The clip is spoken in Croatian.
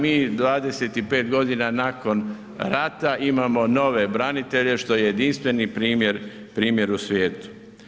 Mi 25 godina nakon rata imamo nove branitelje što je jedinstveni primjer u svijetu.